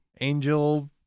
angel